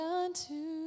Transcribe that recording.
unto